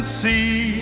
see